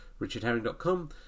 richardherring.com